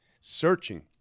searching